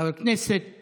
חבר הכנסת,